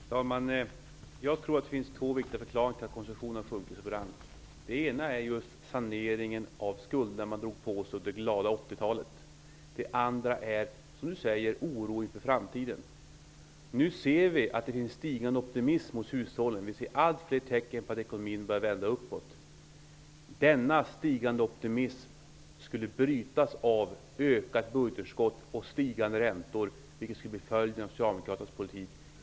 Herr talman! Jag tror att det finns två viktiga förklaringar till att konsumtionen har sjunkit så brant. Den ena är saneringen av de skulder man drog på sig under det glada 80-talet. Den andra är, som Per Olof Håkansson säger, oron inför framtiden. Nu ser vi att det finns stigande optimism hos hushållen. Vi ser allt fler tecken på att ekonomin börjar vända uppåt. Denna stigande optimism skulle brytas av ökat budgetunderskott och stigande räntor, vilket skulle bli följden av Socialdemokraternas politik.